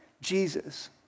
Jesus